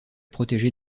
protéger